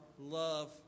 love